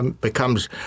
becomes